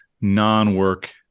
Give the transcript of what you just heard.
non-work